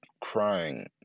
crying